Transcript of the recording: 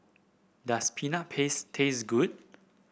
does Peanut Paste taste good